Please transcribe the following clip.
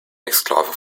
exklave